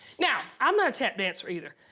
now, i'm not a tap dancer, either,